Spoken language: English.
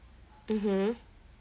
mmhmm